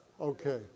Okay